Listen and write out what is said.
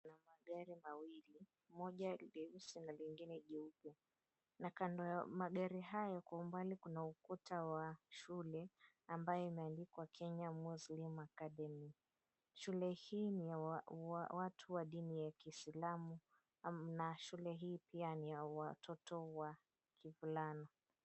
Kuna magari mawili moja leusi na jengine jeupe, na kando ya magari hayo kwa umbali kuna ukuta wa shule ambayo imeandikwa Kenya Muslim Academy. Shule hii ni ya watu wa dini ya kiislamu na shule hii pia ni ya watoto wa kivulana.